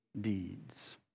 deeds